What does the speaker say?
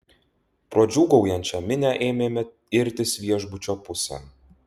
pro džiūgaujančią minią ėmėme irtis viešbučio pusėn